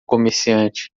comerciante